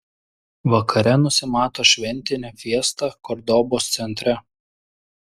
vakare nusimato šventinė fiesta kordobos centre